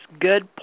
good